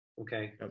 okay